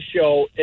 show